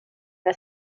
una